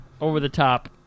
over-the-top